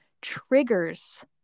triggers